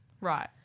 Right